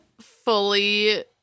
fully